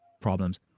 problems